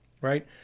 right